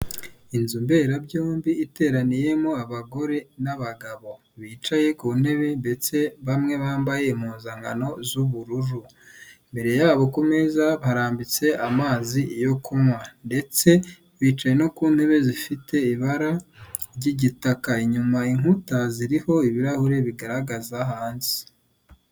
Inzu mberabyombi iteraniyemo abagore n'abagabo, bicaye ku ntebe ndetse bamwe bambaye impuzangano z'ubururu, mbere yabo ku meza barambitse amazi yo kunywa, ndetse bicaye no ku ntebe zifite ibara ry'igitaka, inyuma inkuta ziriho ibirahure bigaragaza hanze.